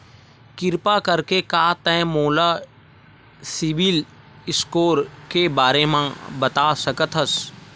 किरपा करके का तै मोला सीबिल स्कोर के बारे माँ बता सकथस?